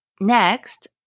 next